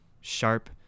sharp